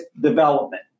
development